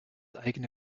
eigene